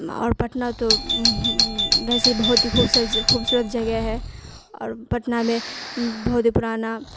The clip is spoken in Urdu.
اور پٹنہ تو ویسے ہی بہت ہی خوبصورت جگہ ہے اور پٹنہ میں بہت ہی پرانا